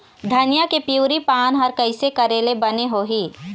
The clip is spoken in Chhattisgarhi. धनिया के पिवरी पान हर कइसे करेले बने होही?